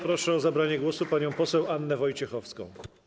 Proszę o zabranie głosu panią poseł Annę Wojciechowską.